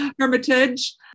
hermitage